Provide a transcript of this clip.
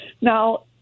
Now